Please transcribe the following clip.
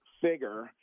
figure